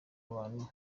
abantu